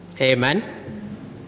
Amen